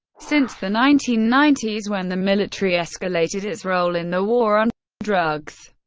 since the nineteen ninety s, when the military escalated its role in the war on drugs,